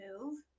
move